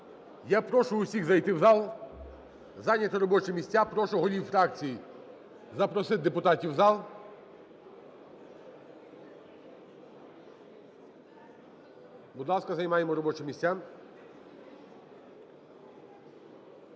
Я прошу всіх зайти в зал, зайняти робочі місця. Прошу голів фракцій запросити депутатів в зал. Будь ласка, займаємо робочі місця.